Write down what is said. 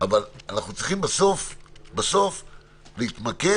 אבל אנחנו צריכים בסוף בסוף להתמקד,